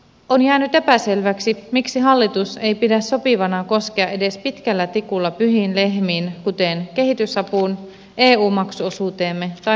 on jäänyt epäselväksi miksi hallitus ei pidä sopivana koskea edes pitkällä tikulla pyhiin lehmiin kuten kehitysapuun eu maksuosuuteemme tai maahanmuuton kustannuksiin